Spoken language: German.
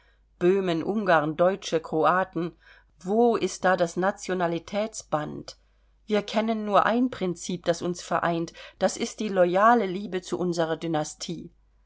böhmen ungarn deutsche kroaten wo ist da das nationalitätsband wir kennen nur ein prinzip das uns vereint das ist die loyale liebe zu unserer dynastie